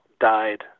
died